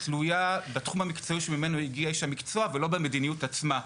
תלויה בתחום המקצועי שממנו הגיע איש המקצוע ולא במדיניות עצמה.